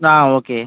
okay